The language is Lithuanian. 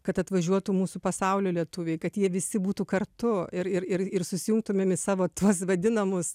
kad atvažiuotų mūsų pasaulio lietuviai kad jie visi būtų kartu ir ir ir susijungtumėm į savo tuos vadinamus